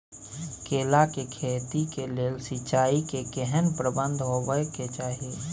केला के खेती के लेल सिंचाई के केहेन प्रबंध होबय के चाही?